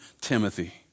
Timothy